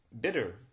bitter